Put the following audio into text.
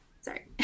sorry